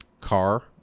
car